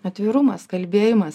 atvirumas kalbėjimas